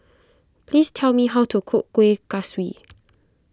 please tell me how to cook Kueh Kaswi